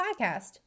Podcast